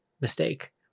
mistake